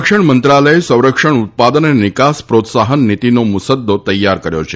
સંરક્ષણ મંત્રાલયે સંરક્ષણ ઉત્પાદન અને નિકાસ પ્રોત્સાહન નીતિનો મુસદ્દો તૈયાર કર્યો છે